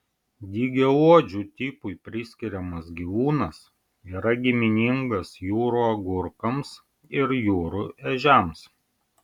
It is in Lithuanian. dygiaodžių tipui priskiriamas gyvūnas yra giminingas jūrų agurkams ir jūrų ežiams